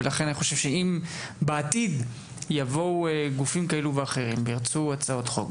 לכן אני חושב שאם בעתיד יבואו גופים כאלו ואחרים וירצו הצעות חוק,